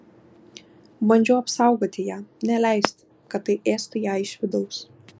bandžiau apsaugoti ją neleisti kad tai ėstų ją iš vidaus